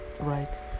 right